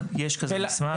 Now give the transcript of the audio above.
יש כזה מסמך.